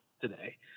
today